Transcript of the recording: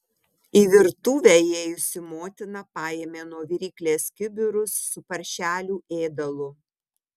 į virtuvę įėjusi motina paėmė nuo viryklės kibirus su paršelių ėdalu